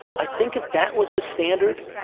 i think if that was the standard,